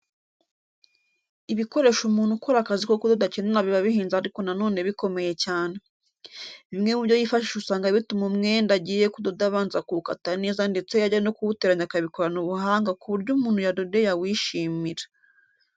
Ibikoresho umuntu ukora akazi ko kudoda akenera biba bihenze ariko na none bikomeye cyane. Bimwe mu byo yifashisha usanga bituma umwenda agiye kudoda abanza kuwukata neza ndetse yajya no kuwuteranya akabikorana ubuhanga ku buryo umuntu yadodeye awishimira.